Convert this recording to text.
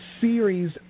series